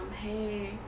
hey